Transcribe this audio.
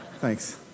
Thanks